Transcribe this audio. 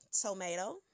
tomato